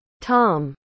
Tom